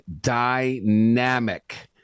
dynamic